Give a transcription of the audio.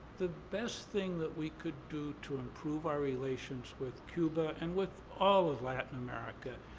the best thing that we could do to improve our relations with cuba, and with all of latin america,